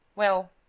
well,